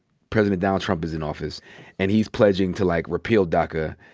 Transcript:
president donald trump is in office and he's pledging to, like, repeal daca.